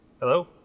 Hello